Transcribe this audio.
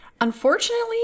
Unfortunately